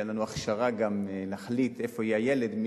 שגם אין לנו הכשרה להחליט איפה יהיה הילד,